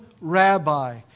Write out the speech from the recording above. rabbi